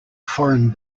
foreign